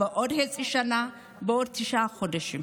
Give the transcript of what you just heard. בעוד חצי שנה, בעוד תשעה חודשים.